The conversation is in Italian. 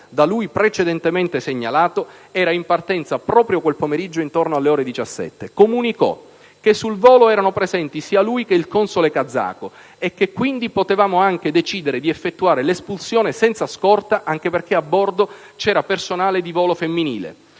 da lui precedentemente segnalato era in partenza proprio quel pomeriggio intorno alle ore 17. Comunicò che sul volo erano presenti sia lui che il console kazako e che quindi potevamo anche decidere di effettuare l'espulsione senza scorta, anche perché a bordo c'era personale di volo femminile.